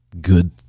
good